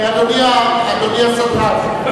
אדוני הסדרן,